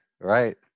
Right